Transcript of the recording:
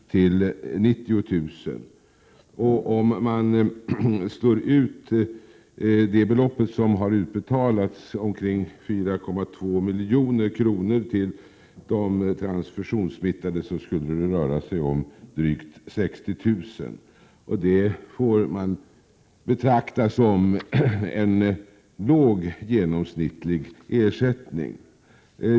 till 90 000 kr. Om man slår ut det belopp som utbetalats — omkring 4,2 milj.kr. — till de transfusionssmittade skulle det röra sig om drygt 60 000 kr. som genomsnittlig ersättning, och det får betraktas som lågt.